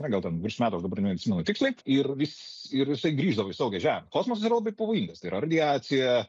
na gal ten virš metų aš dabar neatsimenu tiksliai ir jis ir jisai grįždavo į saugią žemę kosmosas yra labai pavojingas tai yra radiacija